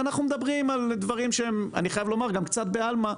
ואנחנו מדברים על דברים שהם קצת בעלמא,